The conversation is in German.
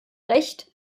recht